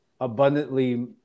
abundantly